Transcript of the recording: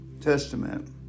Testament